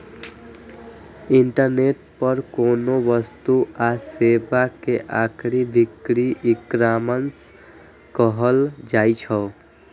internet पर कोनो वस्तु आ सेवा के खरीद बिक्री ईकॉमर्स कहल जाइ छै